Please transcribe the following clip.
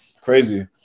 Crazy